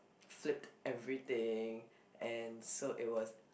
flip everything and so it was